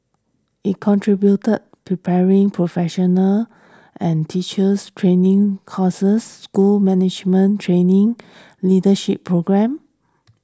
it contributor preparing to professionals and teachers training courses school management training leadership programmes